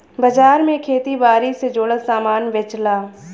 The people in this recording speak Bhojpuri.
बाजार में खेती बारी से जुड़ल सामान बेचला